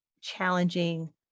challenging